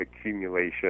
accumulation